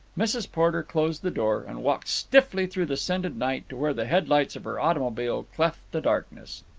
mrs. porter closed the door and walked stiffly through the scented night to where the headlights of her automobile cleft the darkness.